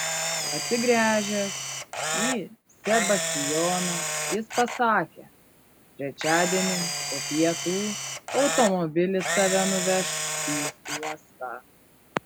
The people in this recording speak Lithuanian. atsigręžęs į sebastijoną jis pasakė trečiadienį po pietų automobilis tave nuveš į uostą